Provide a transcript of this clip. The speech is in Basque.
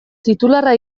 titularra